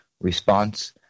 response